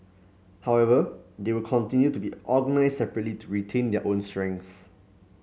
however they will continue to be organised separately to retain their own strengths